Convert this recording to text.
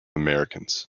americans